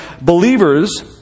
believers